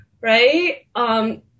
right